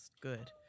Good